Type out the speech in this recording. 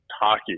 hockey